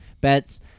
bets